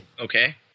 Okay